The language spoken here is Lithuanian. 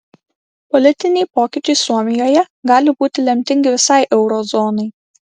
politiniai pokyčiai suomijoje gali būti lemtingi visai euro zonai